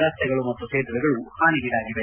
ರಸ್ತೆಗಳು ಮತ್ತು ಸೇತುವೆಗಳು ಹಾನಿಗೀಡಾಗಿವೆ